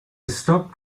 stopped